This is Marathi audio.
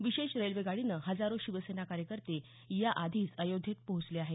विशेष रेल्वेगाडीनं हजारो शिवसेना कार्यकर्ते याआधीच अयोध्येत पोचले आहेत